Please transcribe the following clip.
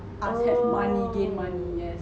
oh